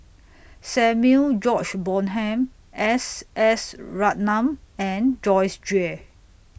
Samuel George Bonham S S Ratnam and Joyce Jue